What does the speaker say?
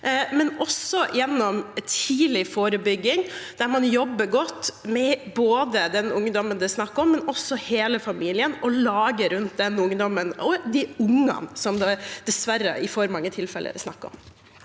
gata og gjennom tidlig forebygging, der man jobber godt med den ungdommen det er snakk om, men også med hele familien og laget rundt den ungdommen – og med de ungene som det dessverre i for mange tilfeller er snakk om.